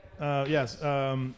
Yes